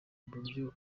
buryo